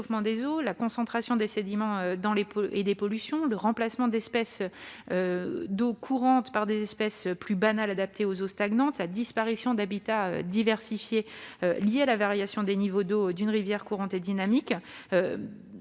des eaux, la concentration des sédiments et des pollutions, le remplacement d'espèces d'eau courante par des espèces plus banales, adaptées aux eaux stagnantes, la disparition d'habitats diversifiés liée à la variation des niveaux d'eau d'une rivière courante et dynamique,